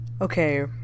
Okay